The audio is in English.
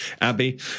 Abby